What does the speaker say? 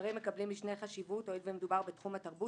הדברים מקבלים משנה חשיבות הואיל ומדובר בתחום התרבות